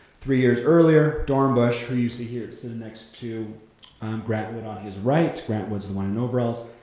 three years earlier, dornbush, who you see here sitting next to grant wood on his right, grant wood's the one in overalls,